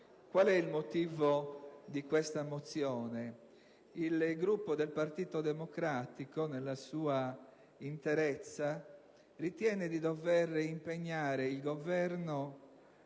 armi. Il motivo di questa mozione è che il Gruppo del Partito Democratico, nella sua interezza, ritiene di dover impegnare il Governo